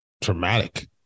traumatic